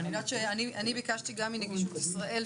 אני ביקשתי לשמוע גם מנגישות ישראל,